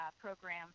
program